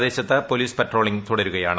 പ്രദേശത്ത് police patrolling തുടരുകയാണ്